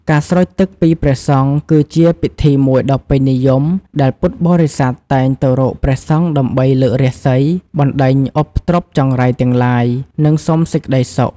ការស្រោចទឹកពីព្រះសង្ឃ គឺជាពិធីមួយដ៏ពេញនិយមដែលពុទ្ធបរិស័ទតែងទៅរកព្រះសង្ឃដើម្បីលើករាសី បណ្ដេញឧបទ្រពចង្រៃទាំងឡាយ និងសុំសេចក្តីសុខ។